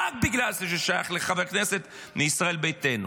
רק בגלל שזה שייך לחבר כנסת מישראל ביתנו.